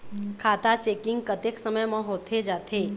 खाता चेकिंग कतेक समय म होथे जाथे?